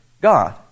God